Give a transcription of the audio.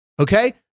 okay